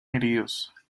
heridos